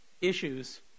issues